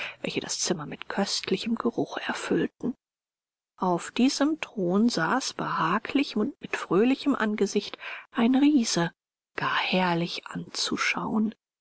welche das zimmer mit köstlichem geruch erfüllten auf diesem thron saß behaglich und mit fröhlichem angesicht ein riese gar herrlich anzuschauen